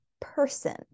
person